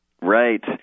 Right